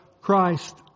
Christ